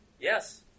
Yes